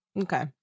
Okay